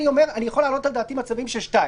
אני יכול להעלות על דעתי מצבים של שניים,